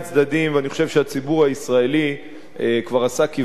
ואני חושב שהציבור הישראלי כבר עשה כברת דרך,